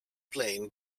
plane